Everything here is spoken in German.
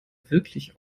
wirklich